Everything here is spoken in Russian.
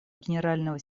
генерального